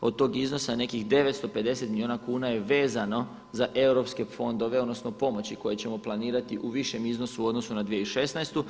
od tog iznosa nekih 950 milijuna kuna je vezano za europske fondove odnosno pomoći koje ćemo planirati u višem iznosu u odnosu na 2016.